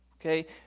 Okay